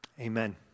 Amen